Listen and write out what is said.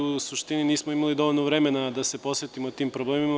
U suštini, nismo imali dovoljno vremena da se posvetimo tim problemima.